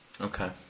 Okay